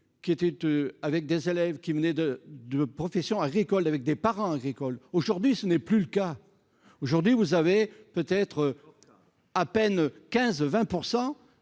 qui étaient avec des élèves qui venait de de profession agricole avec des parents agricole aujourd'hui ce n'est plus le cas aujourd'hui. Vous avez peut être. À peine 15 20